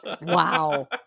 Wow